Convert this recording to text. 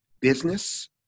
business